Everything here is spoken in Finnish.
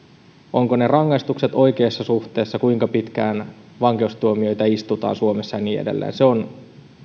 ovatko ne rangaistukset oikeassa suhteessa kuinka pitkään vankeustuomioita istutaan suomessa ja niin edelleen se on